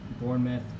Bournemouth